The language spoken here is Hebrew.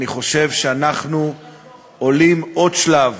אני חושב שאנחנו עולים עוד שלב